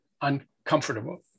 uncomfortable